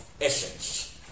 essence